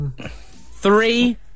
Three